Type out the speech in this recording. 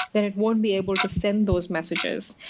then it won't be able to send those messages.